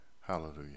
hallelujah